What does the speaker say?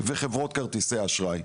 וחברות כרטיסי האשראי.